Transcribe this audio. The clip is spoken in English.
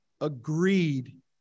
agreed